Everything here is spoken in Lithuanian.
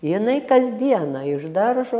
jinai kasdieną iš daržo